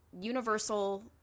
universal